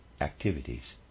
activities